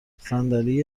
صندلی